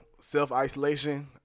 self-isolation